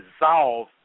dissolve